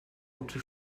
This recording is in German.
gute